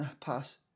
pass